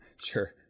sure